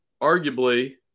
arguably